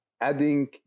adding